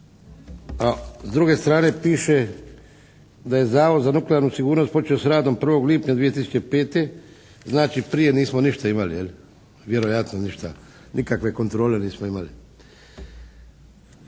a s druge strane piše da je Zavod za nuklearnu sigurnost počeo s radom 1. lipnja 2005. Znači prije nismo ništa imali je li? Vjerojatno ništa. Nikakve kontrole nismo imali.